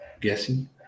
guessing